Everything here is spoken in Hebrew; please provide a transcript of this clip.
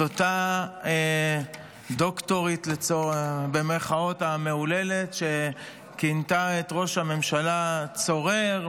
את אותה ה"דוקטורית" המהוללת שכינתה את ראש הממשלה צורר,